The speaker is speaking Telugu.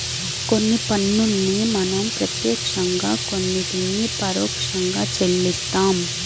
కొన్ని పన్నుల్ని మనం ప్రత్యక్షంగా కొన్నిటిని పరోక్షంగా చెల్లిస్తాం